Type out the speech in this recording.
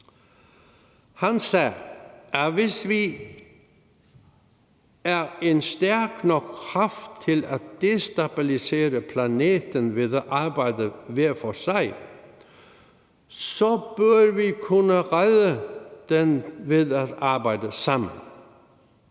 Han sagde: »Hvis vi er en stærk nok kraft til at destabilisere planeten ved at arbejde hver for sig, så bør vi kunne redde den ved at arbejde sammen.«